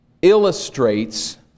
illustrates